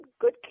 good